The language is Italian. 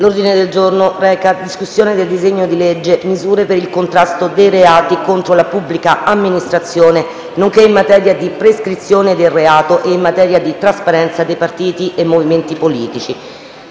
degli articoli del disegno di legge «Misure per il contrasto dei reati contro la pubblica amministrazione, nonché in materia di prescrizione del reato e in materia di trasparenza dei partiti e movimenti politici».